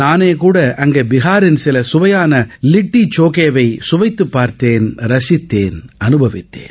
நாளை கூட அங்கே பினரில் சில சுவையாள லிட்டி சோகேவைச் சுவைத்து பார்த்து ரசித்தேன் அனுபவித்தேன்